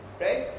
right